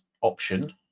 option